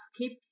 skip